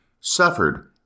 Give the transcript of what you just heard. suffered